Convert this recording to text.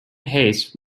haste